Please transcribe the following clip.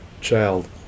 child